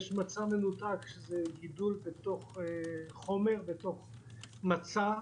יש מצע מנותק גידול בתוך חומר, בתוך מצע.